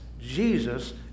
Jesus